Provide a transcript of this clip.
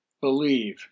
believe